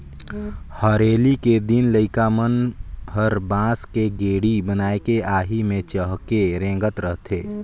हरेली के दिन लइका मन हर बांस के गेड़ी बनायके आही मे चहके रेंगत रथे